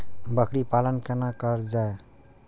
बकरी पालन केना कर जाय?